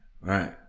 Right